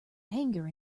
anger